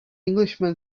englishman